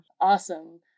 awesome